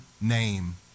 name